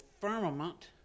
firmament